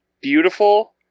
beautiful